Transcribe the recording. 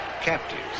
Captives